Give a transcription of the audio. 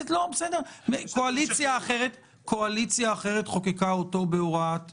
קואליציה אחרת חוקקה אותו כהוראת שעה.